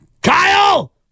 Kyle